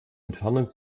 entfernung